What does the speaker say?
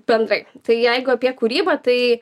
bendrai tai jeigu apie kūrybą tai